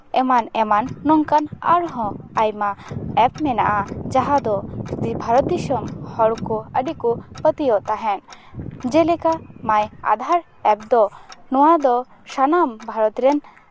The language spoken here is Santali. ᱮᱢᱟᱱ ᱮᱢᱟᱱ ᱟᱨᱦᱚᱸ ᱟᱭᱢᱟ ᱮᱯ ᱢᱮᱱᱟᱜᱼᱟ ᱡᱟᱦᱟᱸ ᱫᱚ ᱵᱦᱟᱨᱚᱛ ᱫᱤᱥᱚᱢ ᱦᱚᱲ ᱠᱚ ᱟᱹᱰᱤ ᱠᱚ ᱯᱟᱹᱛᱭᱟᱹᱜ ᱛᱟᱦᱮᱸᱜ ᱡᱮᱞᱮᱠᱟ ᱢᱟᱭ ᱟᱫᱷᱟᱨ ᱮᱯ ᱫᱚ ᱱᱚᱣᱟ ᱫᱚ ᱥᱟᱱᱟᱢ ᱵᱷᱟᱨᱚᱛ ᱨᱮᱱ